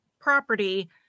property